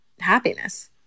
happiness